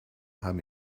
haben